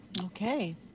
Okay